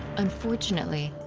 unfortunately,